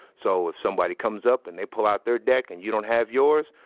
so if somebody comes up and they pull out their deck and you don't have yours,